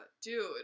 dude